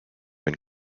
been